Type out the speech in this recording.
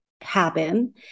happen